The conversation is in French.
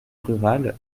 rurale